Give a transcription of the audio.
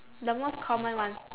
the most common ones